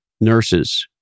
nurses